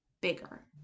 bigger